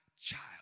child